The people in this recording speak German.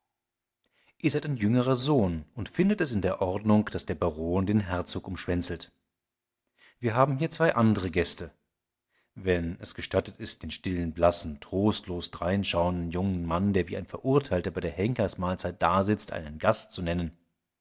ihr seid ein jüngerer sohn und findet es in der ordnung daß der baron den herzog umschwänzelt wir haben hier zwei andere gäste wenn es gestattet ist den stillen blassen trostlos dreinschauenden jungen mann der wie ein verurteilter bei der henkersmahlzeit dasitzt einen gast zu nennen